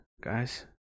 guys